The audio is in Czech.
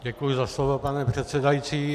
Děkuji za slovo, pane předsedající.